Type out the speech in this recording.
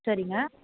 சரிங்க